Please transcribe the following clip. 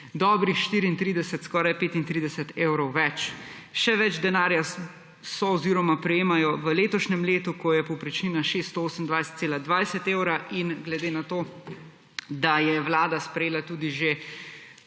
dobrih 34, skoraj 35 evrov več. Še več denarja so oziroma prejemajo v letošnjem letu, ko je povprečnina 628,20 evra in glede na to, da je Vlada sprejela tudi že